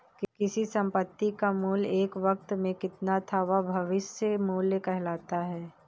किसी संपत्ति का मूल्य एक वक़्त में कितना था यह भविष्य मूल्य कहलाता है